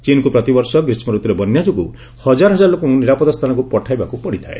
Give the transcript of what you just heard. ଚୀନ୍କୁ ପ୍ରତିବର୍ଷ ଗ୍ରୀଷ୍କ ରତୁରେ ବନ୍ୟା ଯୋଗୁଁ ହଜାର ହଜାର ଲୋକଙ୍କୁ ନିରାପଦ ସ୍ଥାନକୁ ପଠାଇବାକୁ ପଡ଼ିଥାଏ